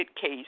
case